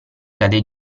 cade